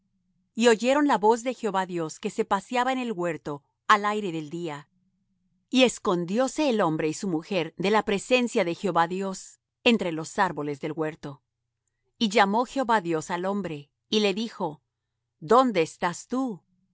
y oyeron la voz de jehová dios que se paseaba en el huerto al aire del día y escondióse el hombre y su mujer de la presencia de jehová dios entre los árboles del huerto y llamó jehová dios al hombre y le dijo dónde estás tú y